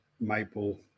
maple